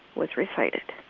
was recited